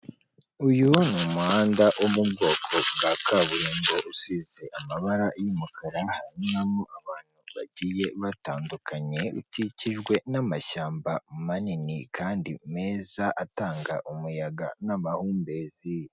Uyu ni umuhanda wo mu bwoko bwa kaburimbo usize amabara y'umukara, haranyuramo abantu bagiye batandukanye ukikijwe n'amashyamba manini kandi meza atanga umuyaga n'amahumbezi.